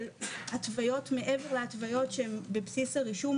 של התוויות מעבר להתוויות שהן בבסיס הרישום,